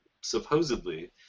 supposedly